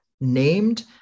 named